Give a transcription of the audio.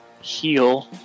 Heal